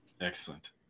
Excellent